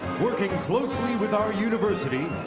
working closely with our university,